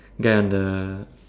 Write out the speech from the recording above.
ya the